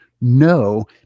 No